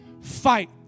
Fight